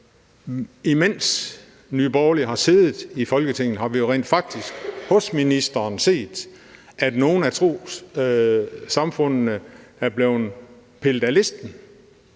Imens Nye Borgerlige har siddet i Folketinget, har vi jo rent faktisk set, at ministeren har pillet nogle af trossamfundene af listen.